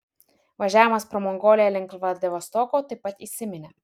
važiavimas pro mongoliją link vladivostoko taip pat įsiminė